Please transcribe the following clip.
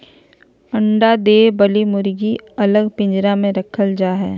अंडा दे वली मुर्गी के अलग पिंजरा में रखल जा हई